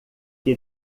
que